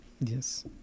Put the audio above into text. Yes